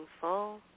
full